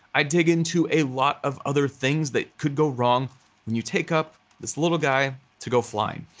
i dig into a lot of other things that could go wrong when you take up this little guy to go flying.